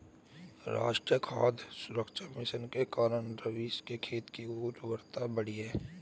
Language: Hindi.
राष्ट्रीय खाद्य सुरक्षा मिशन के कारण रवीश के खेत की उर्वरता बढ़ी है